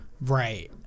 Right